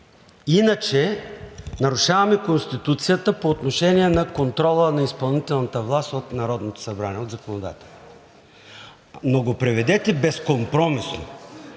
Иначе нарушаваме Конституцията по отношение на контрола на изпълнителната власт от Народното събрание – законодателя. Проведете го безкомпромисно,